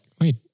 wait